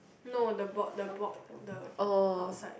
no the board the board the outside